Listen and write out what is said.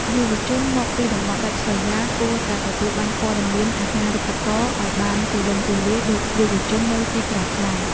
យុវជនមកពីតំបន់ដាច់ស្រយាលគួរតែទទួលបានព័ត៌មានអាហារូបករណ៍ឱ្យបានទូលំទូលាយដូចយុវជននៅទីក្រុងដែរ។